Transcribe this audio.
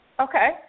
Okay